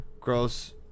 Gross